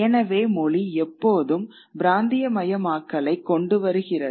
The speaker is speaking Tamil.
எனவே மொழி எப்போதும் பிராந்தியமயமாக்கலைக் கொண்டுவருகிறது